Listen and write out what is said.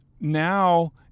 now